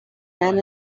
men